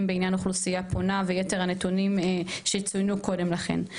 בעניין אוכלוסייה פונה ויתר הנתונים שצוינו קודם לכן.